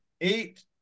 eight